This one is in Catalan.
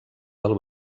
del